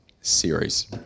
series